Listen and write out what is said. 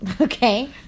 Okay